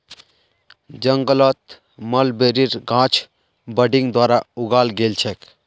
जंगलत मलबेरीर गाछ बडिंग द्वारा उगाल गेल छेक